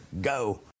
Go